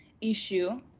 issue